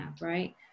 Right